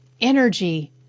energy